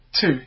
two